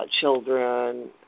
children